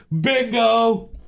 Bingo